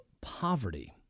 poverty